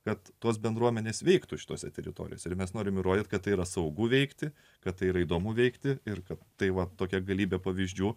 kad tos bendruomenės veiktų šitose teritorijose ir mes norime įrodyti kad tai yra saugu veikti kad tai yra įdomu veikti ir kad tai va tokia galybė pavyzdžių